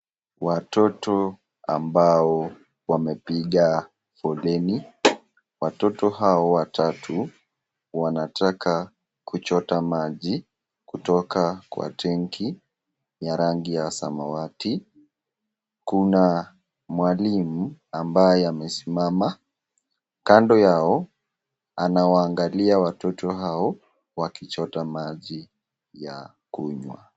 Watoto ambao wamepiga foleni , watoto hao watatu wanataka kuchota maji kutoka kwa tenki ya rangi ya samawati , kuna mwalimu ambaye amesimama kando yao, anawaangalia watoto hao wakichota maji ya kunywa.